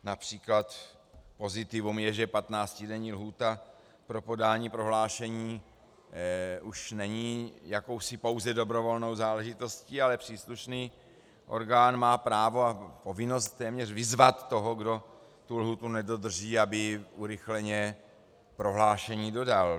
Například pozitivum je, že patnáctidenní lhůta pro podání prohlášení už není jakousi dobrovolnou záležitostí, ale příslušný orgán má právo a povinnost téměř vyzvat toho, kdo lhůtu nedodrží, aby urychleně prohlášení dodal.